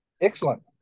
Excellent